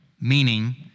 meaning